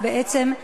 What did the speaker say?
נדב פרי חשף בעצם,